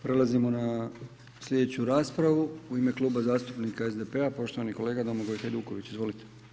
Prelazimo na slijedeću raspravu, u ime Kluba zastupnika SDP-a, poštovani kolega Domagoj Hajduković, izvolite.